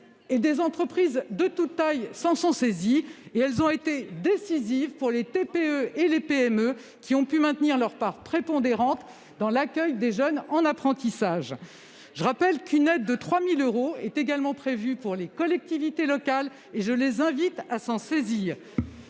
! Les entreprises s'en sont saisies. Et ces aides se sont révélées décisives pour les TPE-PME, qui ont pu maintenir leur part prépondérante dans l'accueil des jeunes en apprentissage. Je rappelle qu'une aide de 3 000 euros est également prévue pour les collectivités locales ; je les invite à s'en saisir.